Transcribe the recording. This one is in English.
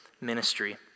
ministry